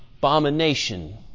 Abomination